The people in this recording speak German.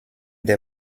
der